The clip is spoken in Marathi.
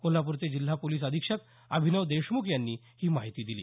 कोल्हापूरचे जिल्हा पोलिस अधीक्षक अभिनव देशमुख यांनी ही माहिती दिली